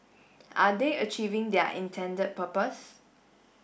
are they achieving their intended purpose